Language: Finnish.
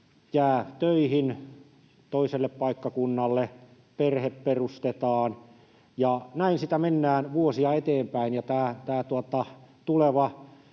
jää töihin toiselle paikkakunnalle, perhe perustetaan ja näin sitä mennään vuosia eteenpäin ja tuleva